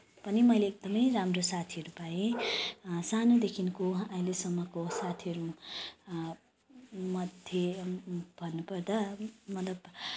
पनि मैले एकदमै राम्रो साथीहरू पाएँ सानोदेखिको अहिलेसम्मको साथीहरू म थिएँ भन्नुपर्दा मतलब